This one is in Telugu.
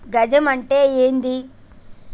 గజం అంటే ఏంది?